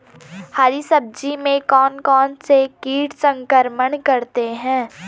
हरी सब्जी में कौन कौन से कीट संक्रमण करते हैं?